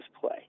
play